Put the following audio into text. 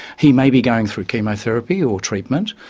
he may be going through chemotherapy or treatment,